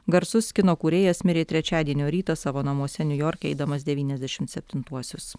garsus kino kūrėjas mirė trečiadienio rytą savo namuose niujorke eidamas devyniasdešimt septintuosius